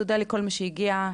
תודה לכל מי שהגיע,